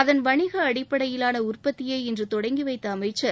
அதன் வணிக அடிப்படியிலான உற்பத்தியை இன்று தொடங்கி வைத்த அமைச்சர்